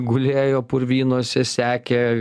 gulėjo purvynuose sekė